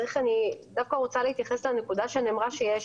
אני דווקא רוצה להתייחס לנקודה שנאמרה שיש